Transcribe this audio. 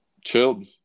Chilled